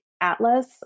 atlas